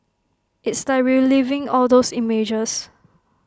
it's like reliving all those images